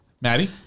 Maddie